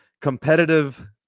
competitive